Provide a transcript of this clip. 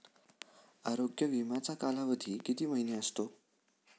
आरोग्य विमाचा कालावधी किती महिने असतो?